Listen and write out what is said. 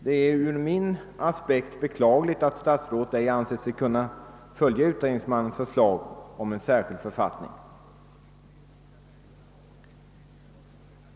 Det är beklagligt att statsrådet inte har ansett sig kunna följa utredningsmannens förslag om en särskild författning.